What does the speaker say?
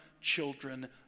children